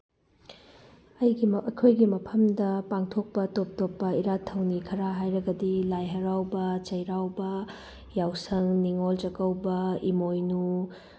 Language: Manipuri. ꯑꯩꯒꯤ ꯑꯩꯈꯣꯏꯒꯤ ꯃꯐꯝꯗ ꯄꯥꯡꯊꯣꯛꯄ ꯇꯣꯞ ꯇꯣꯞꯄ ꯏꯔꯥꯠ ꯊꯧꯅꯤ ꯈꯔ ꯍꯥꯏꯔꯒꯗꯤ ꯂꯥꯏ ꯍꯔꯥꯎꯕ ꯆꯩꯔꯥꯎꯕ ꯌꯥꯎꯁꯪ ꯅꯤꯉꯣꯜ ꯆꯥꯛꯀꯧꯕ ꯏꯃꯣꯏꯅꯨ